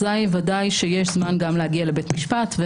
אזי ודאי שיש זמן גם להגיע לבית המשפט.